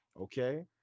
Okay